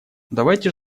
давайте